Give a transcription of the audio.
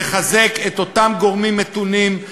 אבל צריכים לחזוק את אותם גורמים מתונים,